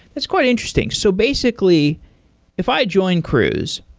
that's quite interesting. so basically if i join cruise,